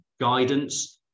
guidance